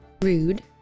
Rude